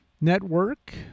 Network